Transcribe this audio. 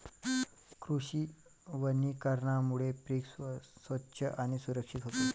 कृषी वनीकरणामुळे पीक स्वच्छ आणि सुरक्षित होते